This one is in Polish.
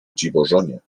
dziwożonie